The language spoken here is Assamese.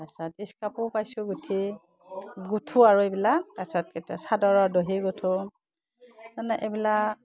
তাৰপৰা ইস্কাপো পাইছোঁ গোঁঠি গোঁঠোঁ আৰু এইবিলাক তাৰপিছত কেতিয়াবা চাদৰৰ দহি গোঁঠোঁ মানে এইবিলাক